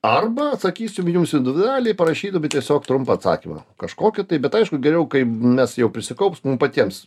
arba atsakysim jums individualiai parašytųme tiesiog trumpą atsakymą kažkokį tai bet aišku geriau kai mes jau prisikaups mum patiems